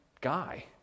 guy